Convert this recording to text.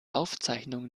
aufzeichnung